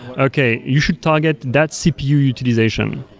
okay, you should target that cpu utilization.